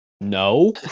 No